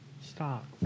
stop